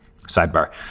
Sidebar